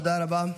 תודה רבה.